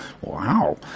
Wow